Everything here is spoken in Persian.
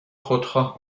خودخواه